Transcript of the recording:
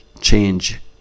change